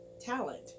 talent